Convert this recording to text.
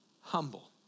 humble